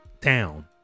town